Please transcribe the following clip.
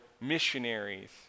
missionaries